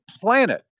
planet